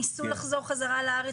ניסו לחזור חזרה לארץ?